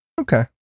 Okay